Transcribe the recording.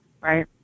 right